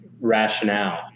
rationale